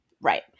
Right